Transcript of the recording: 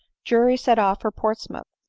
drury set off for portsmouth,